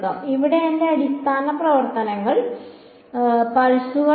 ഇവിടെ എന്റെ അടിസ്ഥാന പ്രവർത്തനങ്ങൾ പൾസുകളായിരുന്നു